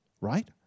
right